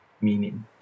meaning